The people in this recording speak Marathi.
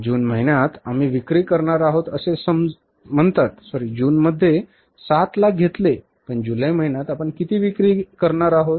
जून महिन्यात आम्ही विक्री करणार आहोत असे म्हणतात सॉरी जून मध्ये 7 लाख घेतले पण जुलै महिन्यात आपण किती विक्री करणार आहोत